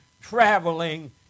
traveling